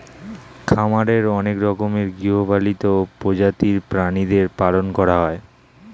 খামারে অনেক রকমের গৃহপালিত প্রজাতির প্রাণীদের পালন করা হয়